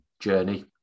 journey